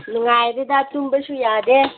ꯅꯨꯡꯉꯥꯏꯔꯤꯗ ꯇꯨꯝꯕꯁꯨ ꯌꯥꯗꯦ